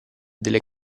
delle